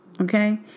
Okay